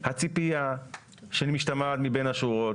הציפייה שמשתמעת מבין השורות,